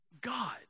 God